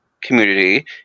community